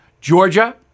Georgia